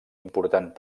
important